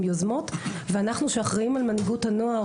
יוזמות ואנחנו שאחראים על מנהיגות הנוער,